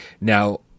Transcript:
now